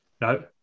No